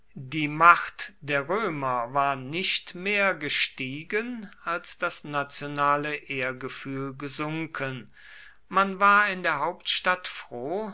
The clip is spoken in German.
die macht der römer war nicht mehr gestiegen als das nationale ehrgefühl gesunken man war in der hauptstadt froh